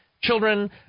Children